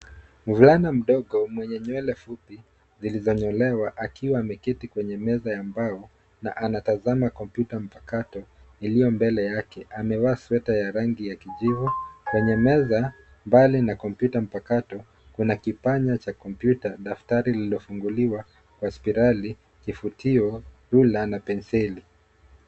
Mvulana mdogo mwenye nywele fupi zilizonyolewa akiwa ameketi kwenye meza ya mbao na anatazama kompyuta mpakato iliyo mbele yake. Amevaa sweta ya rangi ya kijivu. Kwenye meza, mbali na kompyuta mpakato, kuna kipanya cha kompyuta, daftari lililofunguliwa kwa spirali, kifutio, rula na penseli.